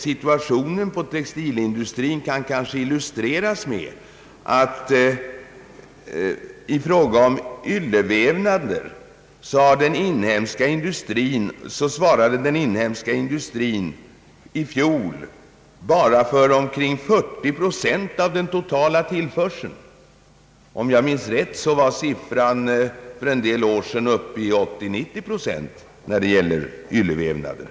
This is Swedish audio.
Situationen på textilindustrins område kan illustreras med att den inhemska industrin i fråga om yllevävnader i fjol bara svarade för omkring 40 procent av den totala tillförseln. Om jag minns rätt var siffran för en del år sedan uppe i 80—90 procent när det gäller yllevävnader.